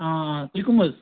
آ تُہۍ کٕم حظ